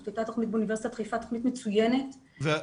הייתה תוכנית מצוינת באוניברסיטת חיפה.